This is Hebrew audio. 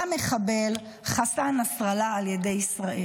המחבל חסן נסראללה, על ידי ישראל,